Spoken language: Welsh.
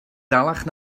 dalach